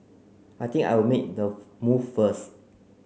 I think I'll make the move first